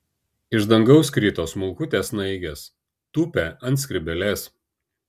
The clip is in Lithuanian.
iš dangaus krito smulkutės snaigės tūpė ant skrybėlės